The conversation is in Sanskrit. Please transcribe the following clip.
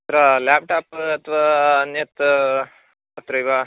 अत्र ल्याप्टाप् अथवा अन्यत् अत्रैव